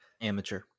Amateur